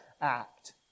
act